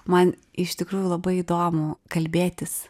man iš tikrųjų labai įdomu kalbėtis